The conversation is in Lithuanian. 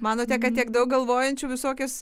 manote kad tiek daug galvojančių visokias